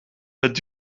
het